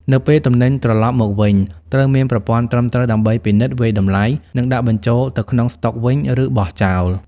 នៅពេលទំនិញត្រឡប់មកវិញ ត្រូវមានប្រព័ន្ធត្រឹមត្រូវដើម្បីពិនិត្យ វាយតម្លៃ និងដាក់បញ្ចូលទៅក្នុងស្តុកវិញ ឬបោះចោល។